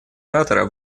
оратора